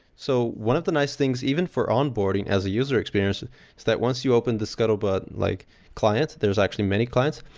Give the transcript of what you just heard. so one of the nice things even for on boarding as a user experience is that once you open the scuttlebutt like clients, there's actually many clients,